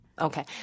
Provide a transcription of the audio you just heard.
Okay